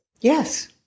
Yes